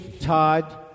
Todd